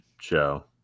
show